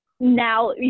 Now